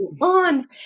on